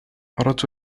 أردت